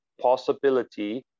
possibility